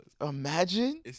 Imagine